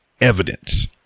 evidence